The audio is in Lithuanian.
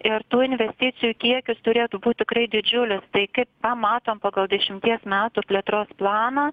ir tų investicijų kiekis turėtų būt tikrai didžiulis tai kaip pamatom pagal dešimties metų plėtros planą